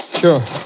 Sure